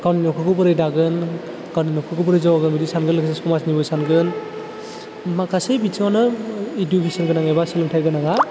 गावनि नखरखौ बोरै दागोन गावनि नखरखौ बोरै जौगाहोगोन बिदि सानगोन लोगोसे समाजनिबो सानगोन माखासे बिथिंआवनो इदुकेसन गोनां एबा सोलोंथाइ गोनाङा